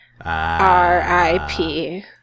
R-I-P